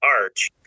arch